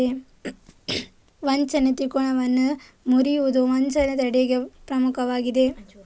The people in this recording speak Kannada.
ವಂಚನೆ ತ್ರಿಕೋನವನ್ನು ಮುರಿಯುವುದು ವಂಚನೆ ತಡೆಗೆ ಪ್ರಮುಖವಾಗಿದೆ